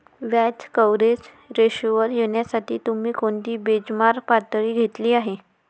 व्याज कव्हरेज रेशोवर येण्यासाठी तुम्ही कोणती बेंचमार्क पातळी घेतली आहे?